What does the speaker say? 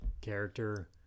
character